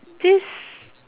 this